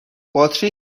باتری